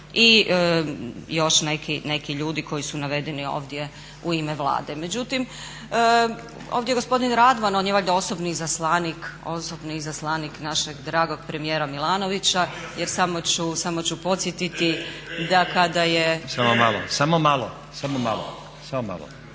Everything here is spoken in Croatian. I još neki ljudi koji su navedeni ovdje u ime Vlade. Međutim, ovdje je gospodin Radman, on je valjda osobni izaslanik našeg dragog premijera Milanovića jer samo ću podsjetiti da kada je … …/Upadica Stazić: Samo malo. Samo malo./…